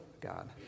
God